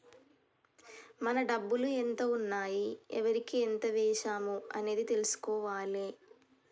మన డబ్బులు ఎంత ఉన్నాయి ఎవరికి ఎంత వేశాము అనేది తెలుసుకోవాలే